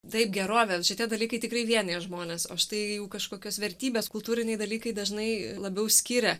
taip gerovė šitie dalykai tikrai vienija žmones o štai kažkokios vertybės kultūriniai dalykai dažnai labiau skiria